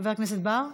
חבר הכנסת בר?